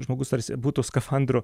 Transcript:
žmogus tarsi būtų skafandru